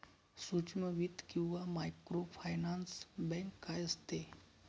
सूक्ष्म वित्त किंवा मायक्रोफायनान्स बँक काय असते?